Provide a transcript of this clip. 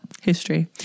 History